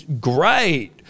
great